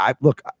Look